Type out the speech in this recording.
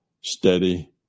steady